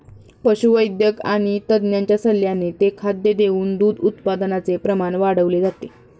पशुवैद्यक आणि तज्ञांच्या सल्ल्याने ते खाद्य देऊन दूध उत्पादनाचे प्रमाण वाढवले जाते